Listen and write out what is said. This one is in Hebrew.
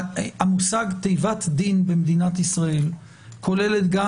המושג "תיבת דין" במדינת ישראל כולל גם